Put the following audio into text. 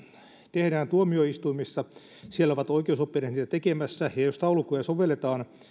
tehdään tuomioistuimissa siellä ovat oikeusoppineet niitä tekemässä jos taulukkoja sovelletaan